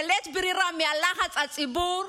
בלית ברירה, בלחץ הציבור,